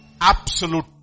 absolute